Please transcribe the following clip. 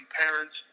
parents